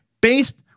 based